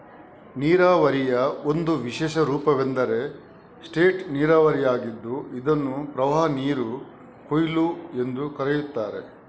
ನೀರಾವರಿಯ ಒಂದು ವಿಶೇಷ ರೂಪವೆಂದರೆ ಸ್ಪೇಟ್ ನೀರಾವರಿಯಾಗಿದ್ದು ಇದನ್ನು ಪ್ರವಾಹನೀರು ಕೊಯ್ಲು ಎಂದೂ ಕರೆಯುತ್ತಾರೆ